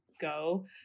go